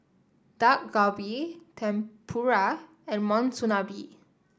Dak Galbi Tempura and Monsunabe